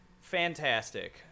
Fantastic